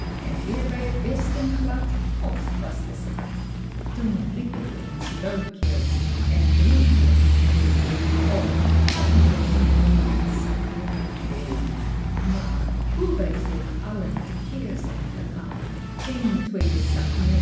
en eer wij het wisten glad op was de schat toen riep ik eens luidkeels pieter louwerse alles zingt en broertje riep meê och hadden we nu nog een zak nummer twee maar hoe wij ook allen tekeer zijn gegaan geen tweede